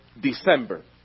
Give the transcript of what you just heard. December